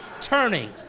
turning